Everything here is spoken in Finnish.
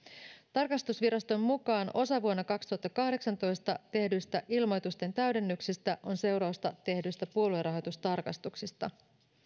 tarkastusviraston mukaan osa vuonna kaksituhattakahdeksantoista tehdyistä ilmoitusten täydennyksistä on seurausta tehdyistä puoluerahoitustarkastuksista